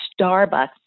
Starbucks